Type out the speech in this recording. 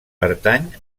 pertany